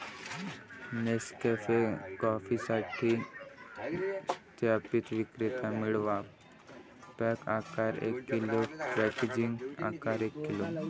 Nescafe कॉफीसाठी सत्यापित विक्रेते मिळवा, पॅक आकार एक किलो, पॅकेजिंग आकार एक किलो